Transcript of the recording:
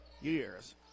years